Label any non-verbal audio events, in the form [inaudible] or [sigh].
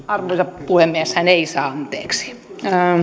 [unintelligible] arvoisa puhemies hän ei saa anteeksi